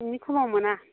बिनि खमाव मोना